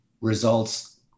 results